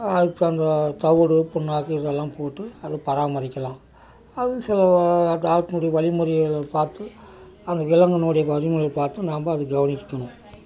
அதுக்குத் தகுந்த தவிடு புண்ணாக்கு இதெல்லாம் போட்டு அதை பராமரிக்கலாம் அது சில டாக்டரினுடைய வழிமுறைகளை பார்த்து அந்த விலங்கினுடைய வழிமுறையை பார்த்து நம்ப அது கவனிக்கணும்